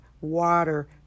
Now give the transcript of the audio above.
water